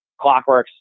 Clockworks